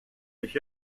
mich